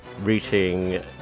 reaching